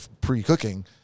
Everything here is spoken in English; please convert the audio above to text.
pre-cooking